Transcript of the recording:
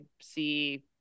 see